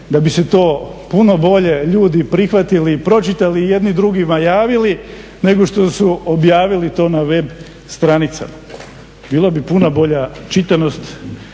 da bi to puno bolje ljudi prihvatili i pročitali i jedni drugima javili nego što su objavili to na web stranicama. Bilo bi puno bolja čitanost